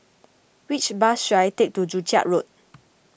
which bus should I take to Joo Chiat Road